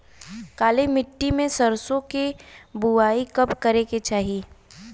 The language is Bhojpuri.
काली मिट्टी में सरसों के बुआई कब करे के चाही?